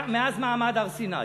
מאז מעמד הר-סיני,